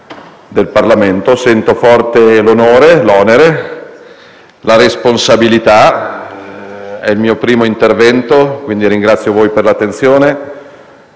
del Parlamento. Sento forte l'onore, l'onere e la responsabilità. È il mio primo intervento, quindi ringrazio voi per l'attenzione